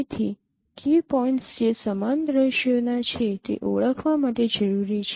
તેથી key points જે સમાન દ્રશ્યોના છે તે ઓળખવા માટે જરૂરી છે